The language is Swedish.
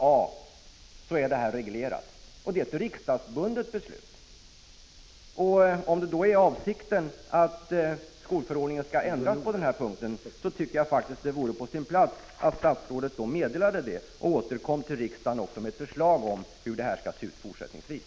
Och det är ett riksdagsbundet beslut. Om det är så att skolförordningen skall ändras på den här punkten, tycker jag faktiskt att det vore på sin plats att statsrådet meddelade det och återkom till riksdagen med ett förslag om hur det skall se ut fortsättningsvis.